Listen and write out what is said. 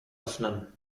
öffnen